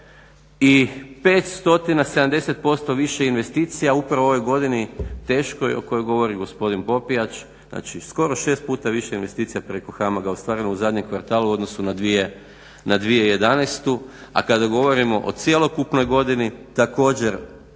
70% više investicija upravo u ovoj godini teškoj o kojoj govori gospodin Popijač. Znači skoro 6 puta više investicija preko HAMAG-a ostvarilo u zadnjem kvartalu u odnosu na 2011. a kada govorimo o cjelokupnoj godini također